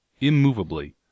immovably